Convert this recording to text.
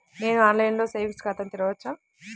నేను ఆన్లైన్లో సేవింగ్స్ ఖాతాను తెరవవచ్చా?